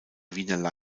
wiener